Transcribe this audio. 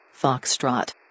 Foxtrot